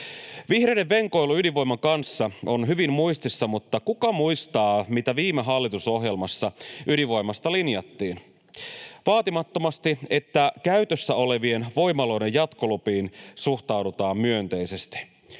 Vihreiden venkoilu ydinvoiman kanssa on hyvin muistissa, mutta kuka muistaa, mitä viime hallitusohjelmassa ydinvoimasta linjattiin? Vaatimattomasti niin, että käytössä olevien voimaloiden jatkolupiin suhtaudutaan myönteisesti